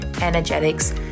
energetics